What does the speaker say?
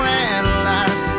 analyze